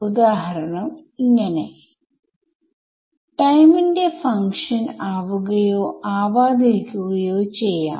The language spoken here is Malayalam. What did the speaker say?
ഏത് സാഹചര്യങ്ങളിൽ ആണ് അത് സംഭവിക്കുക എന്ന് നമുക്ക് നോക്കാം